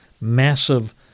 massive